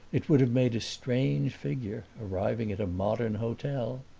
it would have made a strange figure arriving at a modern hotel.